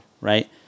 right